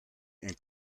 and